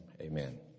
Amen